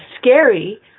scary